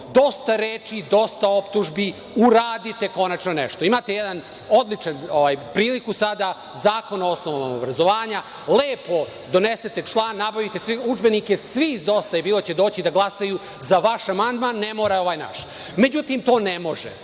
Dosta je reči, dosta je optužbi. Uradite konačno nešto. Imate jednu odličnu priliku sada, Zakon o osnovama obrazovanja. Lepo donesite član, nabavite udžbenike. Svi iz „Dosta je bilo“ će doći da glasaju za vaš amandman. Ne mora ovaj naš. Međutim, to ne može,